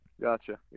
Gotcha